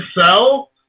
sell